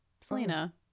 Selena